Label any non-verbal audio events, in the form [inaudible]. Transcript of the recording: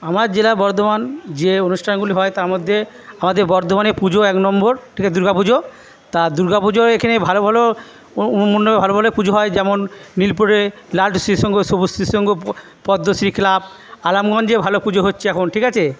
আমার জেলা বর্ধমান যে অনুষ্ঠানগুলি হয় তার মধ্যে আমাদের বর্ধমানে পুজো এক নম্বর [unintelligible] দুর্গাপুজো তা দুর্গাপুজোয় এখানে ভালো ভালো মন্ডপে ভালো ভালো পুজো হয় যেমন নীলপুরে লালটু শ্রী সঙ্ঘ সবুজশ্রী সঙ্ঘ [unintelligible] পদ্মশ্রী ক্লাব আলামগঞ্জে ভালো পুজো হচ্ছে এখন ঠিক আছে